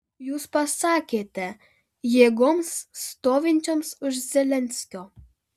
jūs pasakėte jėgoms stovinčioms už zelenskio